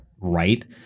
right